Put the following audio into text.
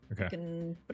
Okay